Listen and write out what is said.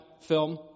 film